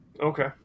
Okay